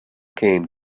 came